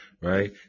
Right